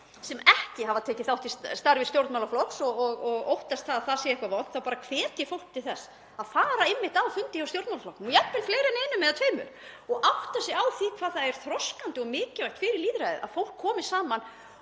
hafa ekki tekið þátt í starfi stjórnmálaflokks og óttast að það sé eitthvað vont þá bara hvet ég fólk til þess að fara einmitt á fundi hjá stjórnmálaflokkum, jafnvel fleiri en einum eða tveimur, og átta sig á því hvað það er þroskandi og mikilvægt fyrir lýðræðið að fólk komi saman